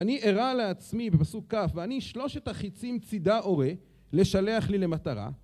אני אירה לעצמי, בפסוק כ׳, ואני שלושת החיצים צידה אורה, לשלח לי למטרה